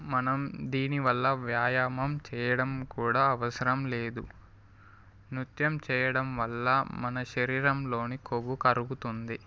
మనం దీనివల్ల వ్యాయామం చేయడం కూడా అవసరం లేదు నృత్యం చేయడం వల్ల మన శరీరంలోని కొవ్వు కరుగుతుంది